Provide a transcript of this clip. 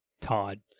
Todd